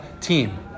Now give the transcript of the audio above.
team